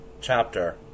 chapter